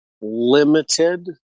limited